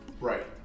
right